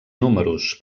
números